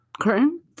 curtain